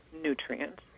nutrients